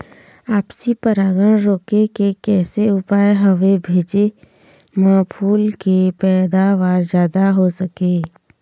आपसी परागण रोके के कैसे उपाय हवे भेजे मा फूल के पैदावार जादा हों सके?